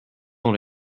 dans